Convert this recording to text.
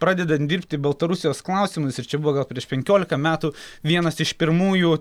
pradedant dirbti baltarusijos klausimais ir čia buvo gal prieš penkiolika metų vienas iš pirmųjų